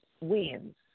wins